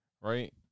right